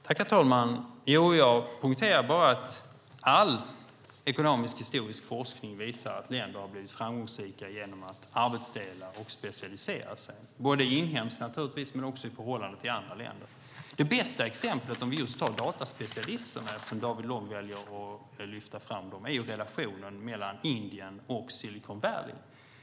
Herr talman! Jag poängterar bara att all ekonomisk-historisk forskning visar att länder har blivit framgångsrika genom att arbetsdela och specialisera sig, både inhemskt men också i förhållande till andra länder. Det bästa exemplet - om vi just tar dataspecialister, eftersom David Lång väljer att lyfta fram dem - är relationen mellan Indien och Silicon Valley.